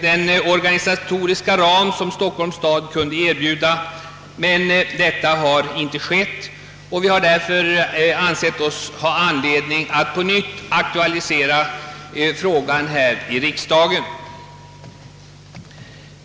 den organisatoriska ram som Stockholms stad kunde erbjuda, men detta har inte skett, och vi har därför ansett oss ha anledning att på nytt aktualisera frågan i riksdagen.